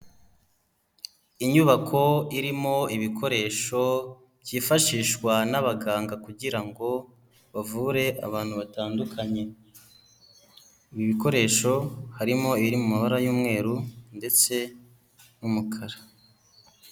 Inyubako irimo ibikoresho byifashishwa n'abaganga kugira ngo bavure abantu batandukanye. Ibi bikoresho harimo ibiri mu mabara y'umweru ndetse n'umukara.